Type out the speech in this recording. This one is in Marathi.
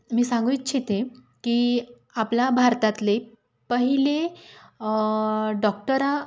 मी सांगू इच्छिते की आपला भारतातले पहिले डॉक्टरा